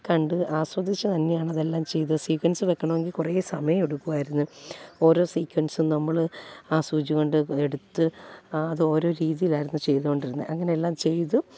കണ്ട് ആസ്വദിച്ചു തന്നെയാണ് അതെല്ലാം ചെയ്ത് സീക്ക്വൻസ് വെക്കണമെങ്കിൽ കുറേ സമയമെടുക്കുമായിരുന്നു ഓരോ സീക്ക്വൻസും നമ്മൾ ആ സൂചി കൊണ്ടെടുത്ത് അത് ഓരോ രീതിയിലായിരുന്നു ചെയ്തുകൊണ്ടിരുന്നത് അങ്ങനെയെല്ലാം ചെയ്തു